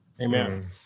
Amen